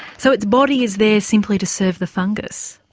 so its body is there simply to serve the fungus?